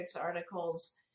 articles